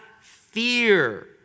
fear